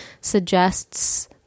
suggests